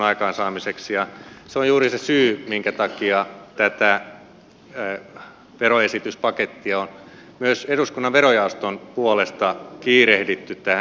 se on juuri se syy minkä takia tätä veroesityspakettia on myös eduskunnan verojaoston puolesta kiirehditty tähän taloon